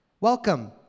Welcome